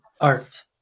art